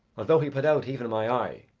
although he put out even my eye,